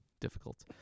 difficult